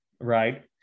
right